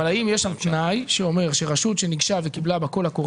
האם יש שם תנאי שאומר שרשות שניגשה וקיבלה בקול הקורא